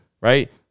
right